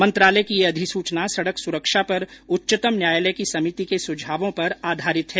मंत्रालय की यह अधिसूचना सड़क सुरक्षा पर उच्चतम न्यायालय की समिति के सुझाओं पर आधारित है